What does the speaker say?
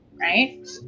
right